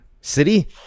city